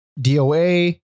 DOA